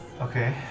Okay